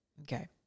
Okay